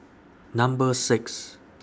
Number six